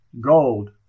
gold